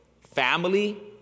family